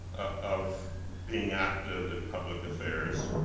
of being active in public affairs,